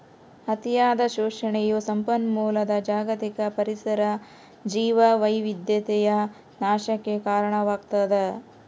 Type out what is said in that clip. ಅತಿಯಾದ ಶೋಷಣೆಯು ಸಂಪನ್ಮೂಲದ ಜಾಗತಿಕ ಪರಿಸರ ಜೀವವೈವಿಧ್ಯತೆಯ ನಾಶಕ್ಕೆ ಕಾರಣವಾಗ್ತದ